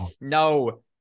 No